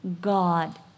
God